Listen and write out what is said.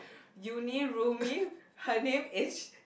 uni roomie her name is